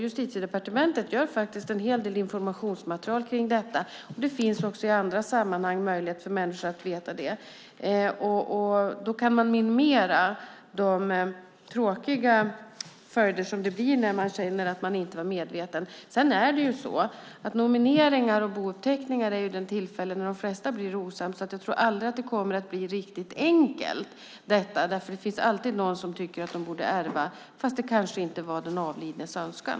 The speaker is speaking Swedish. Justitiedepartementet gör en hel del informationsmaterial om detta, och det finns även i andra sammanhang möjlighet för människor att få reda på det. Då kan man minimera de tråkiga följder som det blir när man säger att man inte var medveten. Sedan är det så att nomineringar och bouppteckningar är tillfällen då de flesta blir osams. Jag tror att detta aldrig kommer att bli riktigt enkelt, därför att det finns alltid någon som tycker att han eller hon borde ärva även om det inte var den avlidnes önskan.